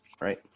Right